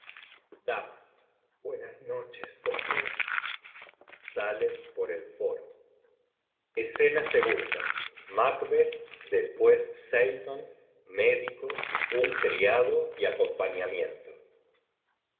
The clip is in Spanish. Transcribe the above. buenas noches doctor saien por el foro macbeth escena ii macbeth des ués seyton medico un criado y acompañamiento